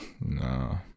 no